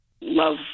love